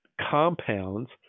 compounds